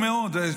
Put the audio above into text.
אולי קצת יותר.